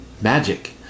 magic